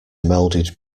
melded